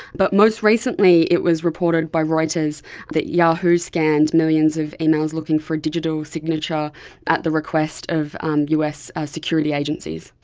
but most recently it was reported by reuters that yahoo scanned millions of emails looking for a digital signature at the request of um us security agencies.